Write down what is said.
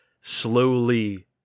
slowly